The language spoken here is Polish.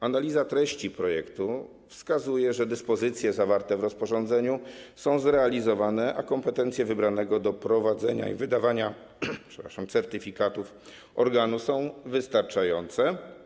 Analiza treści projektu wskazuje, że dyspozycje zawarte w rozporządzeniu są realizowane, a kompetencje wybranego do prowadzenia tych spraw i wydawania certyfikatów organu są wystarczające.